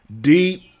deep